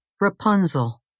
Rapunzel